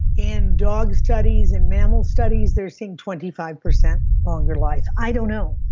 in dog studies and mammal studies they're seeing twenty five percent longer life. i don't know.